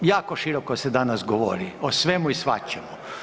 Jako široko se danas govori, o svemu i svačemu.